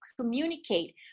communicate